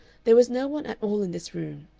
there was no one at all in this room,